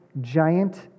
giant